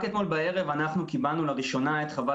רק אתמול בערב אנחנו קיבלנו לראשונה את חוות